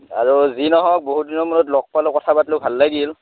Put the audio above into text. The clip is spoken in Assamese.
আৰু যি নহওক বহুত দিনৰ মূৰত লগ পালোঁ কথা পাতলোঁ ভাল লাগিল